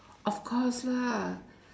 of course lah